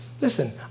Listen